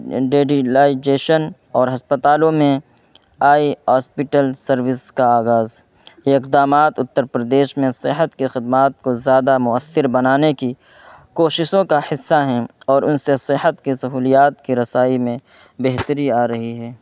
digitalisation اور ہسپتالوں میں آئی ہاسپٹل سروس کا آغاز یہ اقدامات اتر پردیش میں صحت کی خدمات کو زیادہ مؤثر بنانے کی کوششوں کا حصہ ہیں اور ان سے صحت کی سہولیات کی رسائی میں بہتری آ رہی ہے